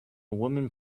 woman